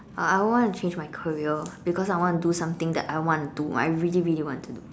uh I want to change my career because I want to something that I want to do I really really want to do